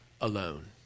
alone